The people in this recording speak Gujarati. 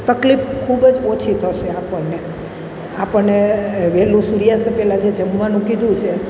તકલીફ ખૂબ જ ઓછી થશે આપણને આપણને વહેલું સૂર્યાસ્ત પહેલાં જમવાનું કીધું છે